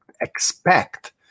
expect